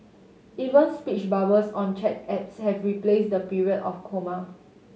even speech bubbles on chat apps have replaced the period or comma